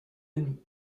demi